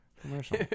commercial